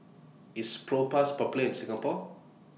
IS Propass Popular in Singapore